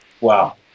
Wow